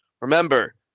Remember